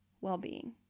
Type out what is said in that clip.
well-being